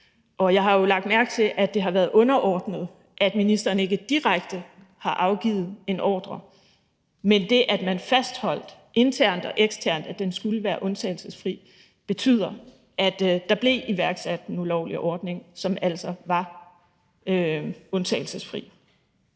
Og jeg har jo lagt mærke til, at det har været underordnet, at ministeren ikke direkte har afgivet en ordre, men at det, at man fastholdt internt og eksternt, at den skulle være undtagelsesfri, betyder, at der blev iværksat en ulovlig ordning, som altså var undtagelsesfri.